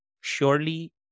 surely